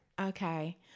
Okay